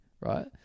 right